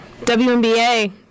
WNBA